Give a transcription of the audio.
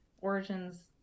Origins